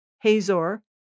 Hazor